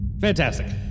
Fantastic